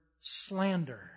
slander